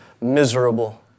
miserable